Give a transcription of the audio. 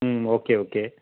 ம் okay okay